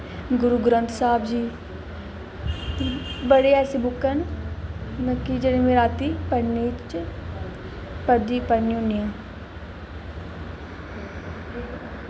गुरुग्रंथ साहिब जी बड़ी ऐसी बुक्कां न मतलब कि जेह्ड़ी रातीं में पढ़ने च पढ़नी होन्नी आं